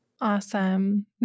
Awesome